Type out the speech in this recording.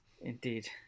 Indeed